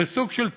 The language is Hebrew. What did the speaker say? זה סוג של תיקון.